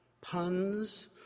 puns